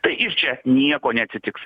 tai ir čia nieko neatsitiks